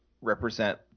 represent